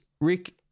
Rick